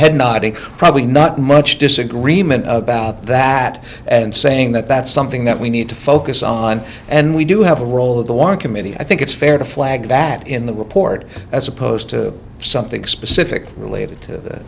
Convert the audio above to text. head nodding probably not much disagreement about that and saying that that's something that we need to focus on and we do have a role of the one committee i think it's fair to flag that in the report as opposed to something specific related to